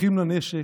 אחים לנשק,